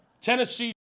Tennessee